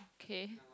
okay